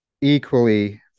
equally